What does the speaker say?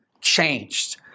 changed